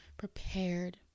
prepared